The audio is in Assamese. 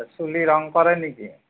চুলি ৰং কৰে নেকি